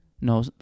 no